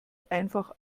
einfach